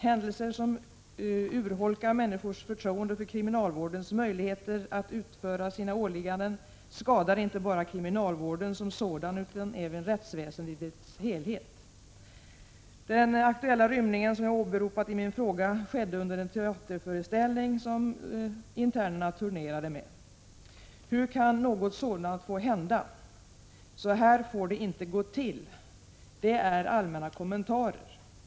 Händelser som urholkar människors förtroende för kriminalvårdens möjligheter att utföra sina åligganden skadar inte bara kriminalvården som sådan utan även rättsväsen 85 det i dess helhet. Den aktuella rymningen, som jag åberopade i min fråga, skedde under en teaterföreställning som internerna turnerade med. Hur kan något sådant få hända? — Så här får det inte gå till. — Detta är allmänna kommentarer.